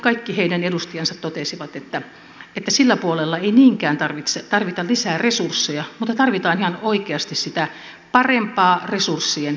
kaikki heidän edustajansa totesivat että sillä puolella ei niinkään tarvita lisää resursseja mutta tarvitaan ihan oikeasti sitä parempaa resurssien kohdentamista